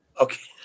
Okay